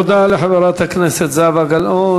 תודה לחברת הכנסת זהבה גלאון.